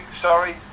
Sorry